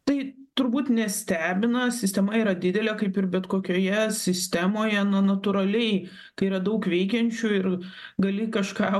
tai turbūt nestebina sistema yra didelė kaip ir bet kokioje sistemoje na natūraliai kai yra daug veikiančių ir gali kažką